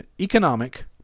economic